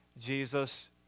Jesus